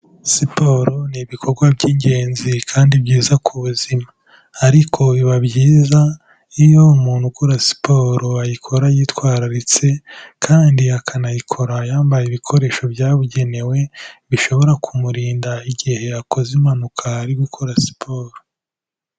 Siporo ni ibikorwa by'ingenzi kandi byiza ku buzima ariko biba byiza, iyo umuntu ukora siporo, ayikora yitwararitse kandi akanayikora yambaye ibikoresho byabugenewe, bishobora kumurinda igihe yakoze impanuka ari gukora siporo.